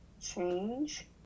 change